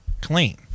clean